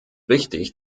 wichtig